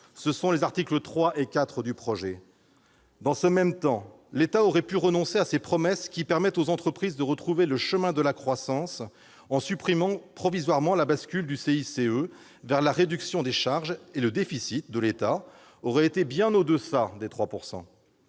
de ses articles 3 et 4. Dans le même temps, le Gouvernement aurait pu renoncer à ses promesses qui permettent aux entreprises de retrouver le chemin de la croissance, en supprimant provisoirement la bascule du CICE vers la réduction des charges. Dès lors, le déficit de l'État aurait été bien en deçà des 3 %.